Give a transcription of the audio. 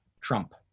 Trump